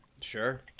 Sure